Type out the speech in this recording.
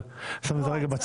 אבל אני שם את זה רגע בצד.